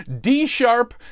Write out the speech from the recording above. D-sharp